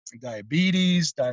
diabetes